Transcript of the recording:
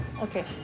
Okay